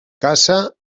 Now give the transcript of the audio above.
casa